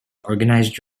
organized